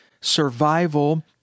survival